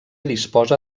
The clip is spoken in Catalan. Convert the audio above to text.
disposa